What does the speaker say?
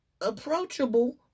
approachable